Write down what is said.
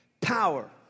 power